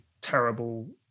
terrible